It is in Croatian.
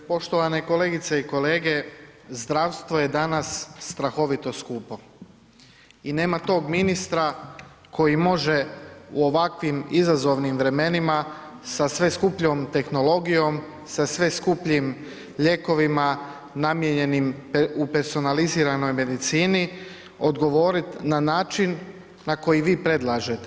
Poštovane kolegice i kolege zdravstvo je danas strahovito skupo i nema tog ministra koji može u ovakvim izazovnim vremenima sa sve skupljom tehnologijom sa sve skupljim lijekovima namijenjenim u personaliziranoj medicini odgovorit na način na koji vi predlažete.